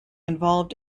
involved